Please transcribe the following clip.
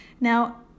Now